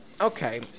Okay